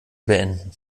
beenden